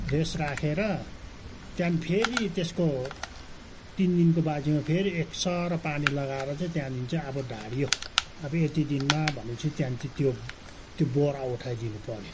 rest राखेर त्यहाँदेखि फेरि त्यसको तिन दिनको बाजीमा फेरि एक सरो पानी लगाएर चाहिँ त्यहाँदेखि चाहिँ अब ढाडियो अब यति दिनमा भने चाहिँ त्यहाँदेखि चाहिँ त्यो त्यो बोरा उठाइदिनु पऱ्यो